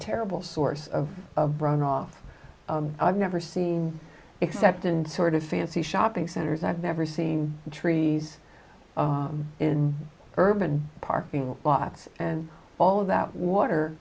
terrible source of runoff i've never seen except in sort of fancy shopping centers i've never seen trees in urban parking lots and all of that water